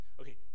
Okay